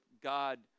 God